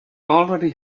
already